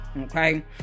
okay